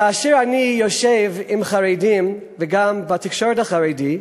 כאשר אני יושב עם חרדים, וגם בתקשורת החרדית,